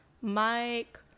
Mike